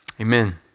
amen